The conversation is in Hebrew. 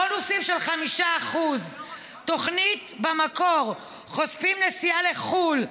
בונוסים של 5%; בתוכנית המקור חושפים נסיעה לחו"ל.